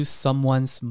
someone's